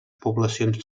poblacions